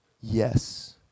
Yes